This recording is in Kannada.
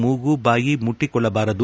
ಮೂಗು ಬಾಯಿ ಮುಟ್ಟಕೊಳ್ಳಬಾರದು